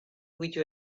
which